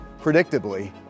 Predictably